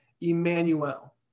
Emmanuel